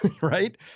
right